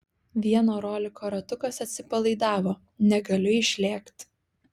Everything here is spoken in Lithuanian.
vieno roliko ratukas atsipalaidavo negaliu išlėkt